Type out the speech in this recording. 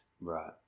Right